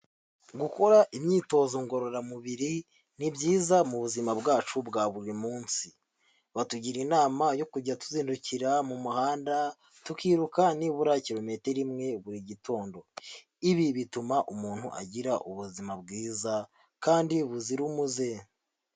Gukora imyitozo ngororamubiri ni byiza mu buzima bwacu bwa buri munsi, batugira inama yo kujya tuzindukira mu muhanda tukiruka nibura kilometero imwe buri gitondo, ibi bituma umuntu agira ubuzima bwiza kandi buzira umuze.